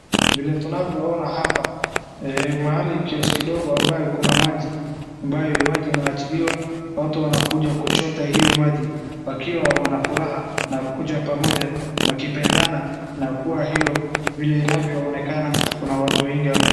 Vile tunavyoona hapa, mahali kioski ndogo ambayo ikona maji, ambayo maji inaachiliwa, watu wanakuja kuchota hiyo maji, wakiwa wana furaha na kukuja pamoja, wakipenda na kuwa hiyo vile inavyoonekana kuna watu wengi hapo.